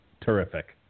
Terrific